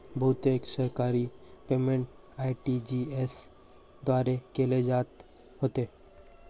बहुतेक सरकारी payment RTGS द्वारे केले जात होते